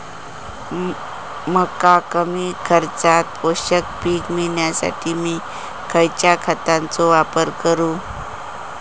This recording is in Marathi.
मका कमी खर्चात पोषक पीक मिळण्यासाठी मी खैयच्या खतांचो वापर करू?